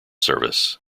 service